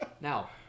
Now